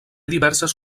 diverses